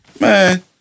man